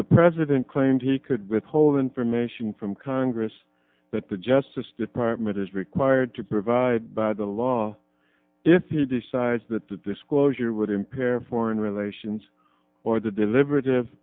the president claimed he could withhold information from congress that the justice department is required to provide the law if he decides that the disclosure would impair foreign relations or the deliber